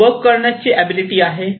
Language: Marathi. माझी वर्क करण्याची अबिलिटी आहे